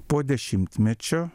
po dešimtmečio